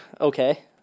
okay